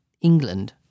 England